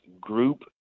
group